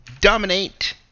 Dominate